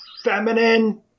feminine